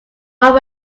will